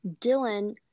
Dylan